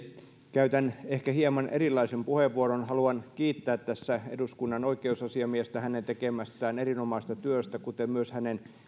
käytän ehkä hieman erilaisen puheenvuoron haluan kiittää tässä eduskunnan oikeusasiamiestä hänen tekemästään erinomaisesta työstä kuten myös hänen